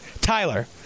Tyler